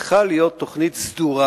צריכה להיות תוכנית סדורה